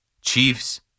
Chiefs